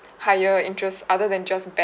higher interest other than just banks